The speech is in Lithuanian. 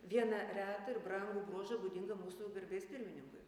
vieną retą ir brangų bruožą būdingą mūsų garbės pirmininkui